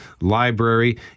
Library